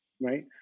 right